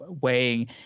weighing